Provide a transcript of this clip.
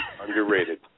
Underrated